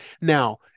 Now